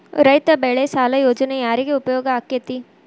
ರೈತ ಬೆಳೆ ಸಾಲ ಯೋಜನೆ ಯಾರಿಗೆ ಉಪಯೋಗ ಆಕ್ಕೆತಿ?